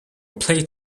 play